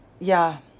yeah